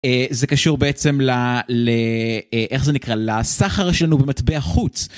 זה קשור בעצם ל... איך זה נקרא, לסחר שלנו במטבע חוץ.